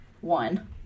one